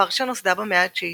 ורשה נוסדה במאה ה-9,